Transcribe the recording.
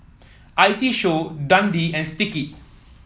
I T Show Dundee and Sticky